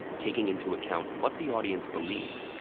taking into account what the audience believes,